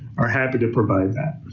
are happy to provide that.